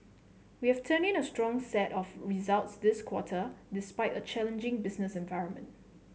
we have turned in a strong set of results this quarter despite a challenging business environment